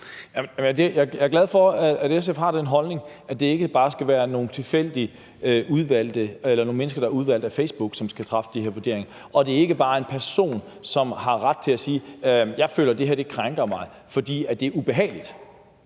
Jeg er glad for, at SF har den holdning, at det ikke bare skal være nogle mennesker, der er udvalgt af Facebook, som skal lave de her vurderinger, og at det ikke bare er sådan, at en person har ret til at sige: Jeg føler, at det her krænker mig, fordi det er ubehageligt.